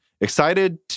Excited